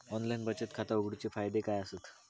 Online बचत खाता उघडूचे फायदे काय आसत?